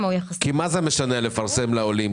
יחסית -- כי מה זה משנה לפרסם לעולים.